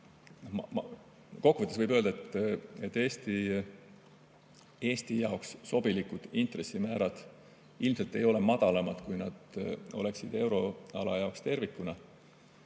et kokku võttes võib öelda, et Eesti jaoks sobilikud intressimäärad ilmselt ei ole madalamad, kui nad oleksid euroala jaoks tervikuna.